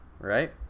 right